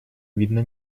видно